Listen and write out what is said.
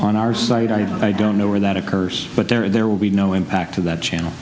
on our side i don't know where that occurs but there are there will be no impact to that channel